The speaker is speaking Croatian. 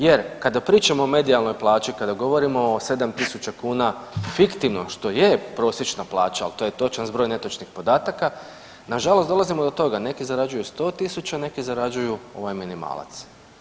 Jer kada pričamo o medijalnoj plaći i kada govorimo o 7.000 kuna fiktivno što je prosječna plaća, ali to je točan zbroj netočnih podataka, nažalost dolazimo do toga neki zarađuju 100.000 neki zarađuju ovaj minimalac.